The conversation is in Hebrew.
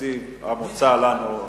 בתקציב המוצע לנו,